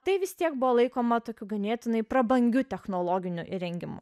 tai vis tiek buvo laikoma tokiu ganėtinai prabangiu technologiniu įrengimu